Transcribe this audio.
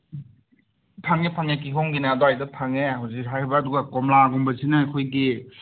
ꯐꯪꯉꯦ ꯐꯪꯉꯦ ꯀꯤꯍꯣꯝꯒꯤꯅ ꯑꯗꯥꯏꯗ ꯐꯪꯉꯦ ꯍꯧꯖꯤꯛ ꯍꯥꯏꯔꯤꯕ ꯑꯗꯨꯒ ꯀꯣꯝꯂꯥꯒꯨꯝꯕꯁꯤꯅ ꯑꯩꯈꯣꯏꯒꯤ